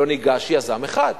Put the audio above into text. לא ניגש יזם אחד.